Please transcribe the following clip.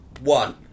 One